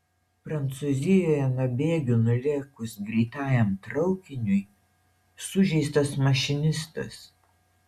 prancūzijoje nuo bėgių nulėkus greitajam traukiniui sužeistas mašinistas